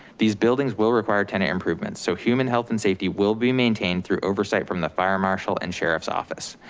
these buildings will require tenant improvements, so human health and safety will be maintained through oversight from the fire marshal and sheriff's office.